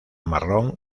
marrón